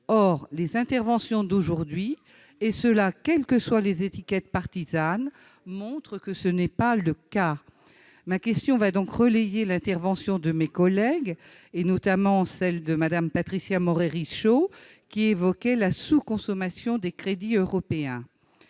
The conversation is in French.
Or les interventions d'aujourd'hui, quelles que soient les étiquettes partisanes, montrent que tel n'est pas le cas. Ma question va donc relayer l'intervention de mes collègues, et notamment celle de Patricia Morhet-Richaud, qui évoquait la sous-consommation des crédits européens.